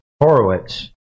Horowitz